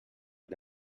que